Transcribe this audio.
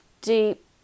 deep